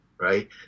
right